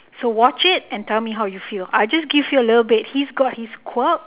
so watch it and tell me how you feel I just give you a little bit he's got his quirk